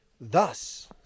Thus